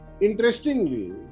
Interestingly